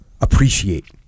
Appreciate